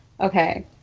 Okay